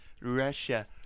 russia